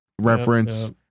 reference